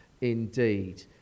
indeed